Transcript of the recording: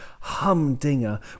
humdinger